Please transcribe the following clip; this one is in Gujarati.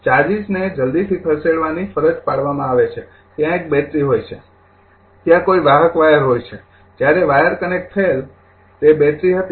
ચાર્જિસને જલ્દીથી ખસેડવાની ફરજ પાડવામાં આવે છે ત્યાં એક બેટરી હોય ત્યાં કોઈ વાહક વાયર હોય છે જ્યારે વાયર કનેક્ટ થયેલ તે બેટરી હતી